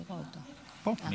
מולך.